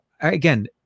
again